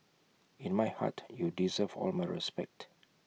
in my heart you deserve all my respect